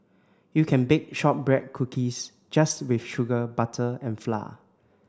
you can bake shortbread cookies just with sugar butter and flour